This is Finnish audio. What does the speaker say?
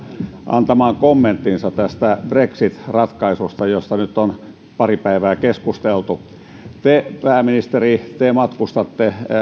antamaan kommenttinsa tästä brexit ratkaisusta josta nyt on pari päivää keskusteltu te pääministeri matkustatte